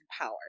power